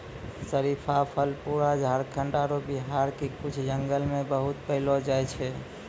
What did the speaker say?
शरीफा फल पूरा झारखंड आरो बिहार के कुछ जंगल मॅ बहुत पैलो जाय छै